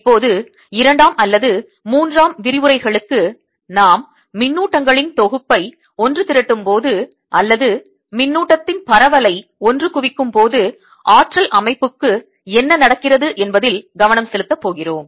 இப்போது 2 ஆம் அல்லது 3 ஆம் விரிவுரைகளுக்கு நாம் மின்னூட்டங்களின் தொகுப்பை ஒன்றுதிரட்டும் போது அல்லது மின்னூட்டத்தின் பரவலை ஒன்றுகுவிக்கும் போது ஆற்றல் அமைப்புக்கு என்ன நடக்கிறது என்பதில் கவனம் செலுத்தப் போகிறோம்